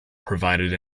provided